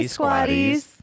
Squatties